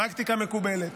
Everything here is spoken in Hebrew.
פרקטיקה מקובלת.